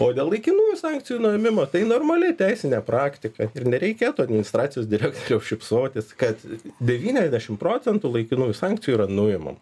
o dėl laikinųjų sankcijų nuėmimo tai normali teisinė praktika ir nereikėtų administracijos direktoriau šypsotis kad devyniasdešimt procentų laikinųjų sankcijų yra nuimama